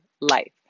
life